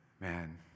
man